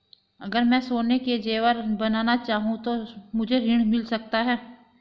अगर मैं सोने के ज़ेवर बनाना चाहूं तो मुझे ऋण मिल सकता है?